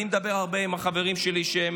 אני מדבר הרבה עם החברים שלי שהם,